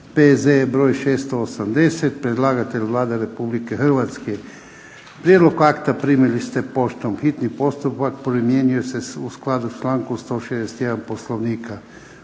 P.Z.E. br. 680 Predlagatelj je Vlada Republike Hrvatske. Prijedlog akta primili ste poštom. Hitni postupak primjenjuje se u skladu s člankom 161. Poslovnika.